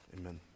Amen